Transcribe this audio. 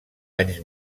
anys